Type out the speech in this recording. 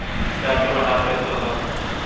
प्याज के भंडारन कइसे होला?